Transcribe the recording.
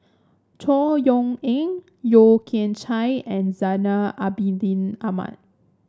Chor Yeok Eng Yeo Kian Chai and Zainal Abidin Ahmad